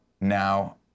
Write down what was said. now